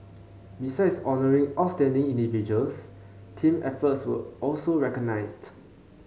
besides honouring outstanding individuals team efforts were also recognized